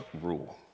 rule